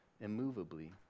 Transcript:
immovably